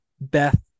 Beth